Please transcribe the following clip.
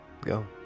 go